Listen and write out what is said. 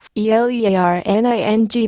e-learning